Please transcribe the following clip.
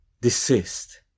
desist